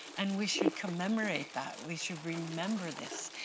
and we should commemorate that. we should remember this,